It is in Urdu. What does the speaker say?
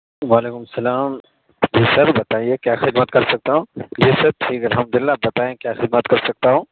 وعلیکم السلام سر بتائیے کیا خدمت کر سکتا ہوں جی سر ٹھیک ہے الحمد للہ بتائیں کیا خدمت کر سکتا ہوں